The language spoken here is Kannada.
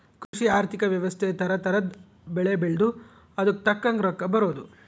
ಕೃಷಿ ಆರ್ಥಿಕ ವ್ಯವಸ್ತೆ ತರ ತರದ್ ಬೆಳೆ ಬೆಳ್ದು ಅದುಕ್ ತಕ್ಕಂಗ್ ರೊಕ್ಕ ಬರೋದು